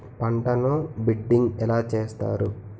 పంటను బిడ్డింగ్ ఎలా చేస్తారు?